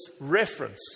reference